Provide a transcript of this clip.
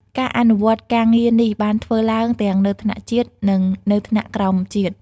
ការអនុវត្តការងារនេះបានធ្វើឡើងទាំងនៅថ្នាក់ជាតិ និងនៅថ្នាក់ក្រោមជាតិ។